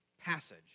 passage